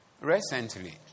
recently